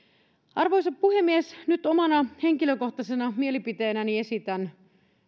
arvoisa puhemies nyt omana henkilökohtaisena mielipiteenäni esitän